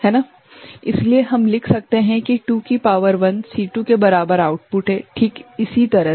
इसलिए हम लिख सकते हैं कि 2 की शक्ति 1 C2 के बराबर आउटपुट है ठीक इसी तरह से